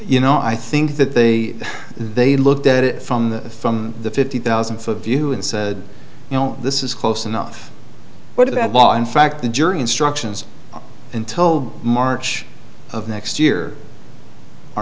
you know i think that they they looked at it from the from the fifty thousand foot view and said you know this is close enough what about law in fact the jury instructions until march of next year